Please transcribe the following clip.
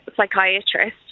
psychiatrist